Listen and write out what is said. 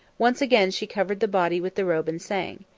once again she covered the body with the robe and sang,